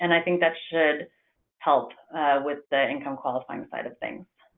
and i think that should help with the income qualifying side of things.